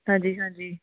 ਹਾਂਜੀ ਹਾਂਜੀ